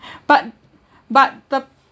but but the